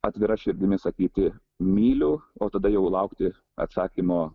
atvira širdimi sakyti myliu o tada jau laukti atsakymo